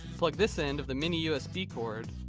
plug this end of the mini usb cord.